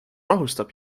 rahustab